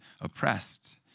oppressed